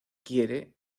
quiere